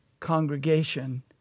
congregation